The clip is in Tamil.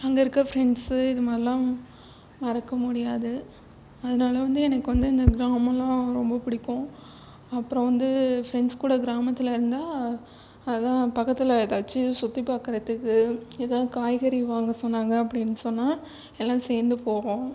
அங்கே இருக்கற ஃப்ரெண்ட்ஸு இது மாதிரிலாம் மறக்க முடியாது அதனால வந்து எனக்கு வந்து இந்த கிராமல்லாம் ரொம்ப பிடிக்கும் அப்புறம் வந்து ஃப்ரெண்ட்ஸ் கூட கிராமத்தில் இருந்தால் அதுதான் பக்கத்தில் ஏதாச்சும் சுற்றி பார்க்கறத்துக்கு ஏதாவது காய்க்கறி வாங்க சொன்னாங்கள் அப்படினு சொன்னால் எல்லாம் சேர்ந்து போவோம்